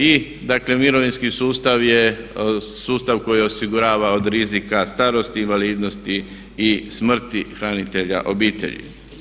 I dakle, mirovinski sustav je sustav koji osigurav od rizika starosti, invalidnosti i smrti hranitelja obitelji.